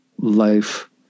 life